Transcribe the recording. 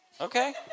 Okay